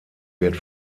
wird